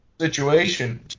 situation